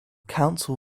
council